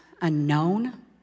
unknown